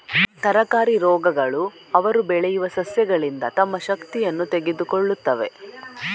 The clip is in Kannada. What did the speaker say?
ತರಕಾರಿ ರೋಗಗಳು ಅವರು ಬೆಳೆಯುವ ಸಸ್ಯಗಳಿಂದ ತಮ್ಮ ಶಕ್ತಿಯನ್ನು ತೆಗೆದುಕೊಳ್ಳುತ್ತವೆ